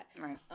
Right